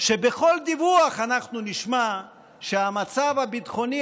שבכל דיווח אנחנו נשמע שהמצב הביטחוני